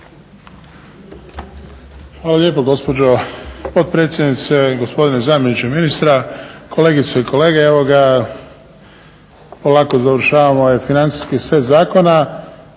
Hvala lijepo gospođo potpredsjednice, gospodine zamjeniče ministra, kolegice i kolege. Evo ga, polako završavamo ovaj financijski set zakona.